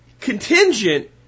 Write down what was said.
contingent